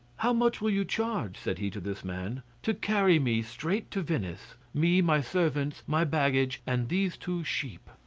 how much will you charge, said he to this man, to carry me straight to venice me, my servants, my baggage, and these two sheep?